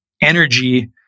energy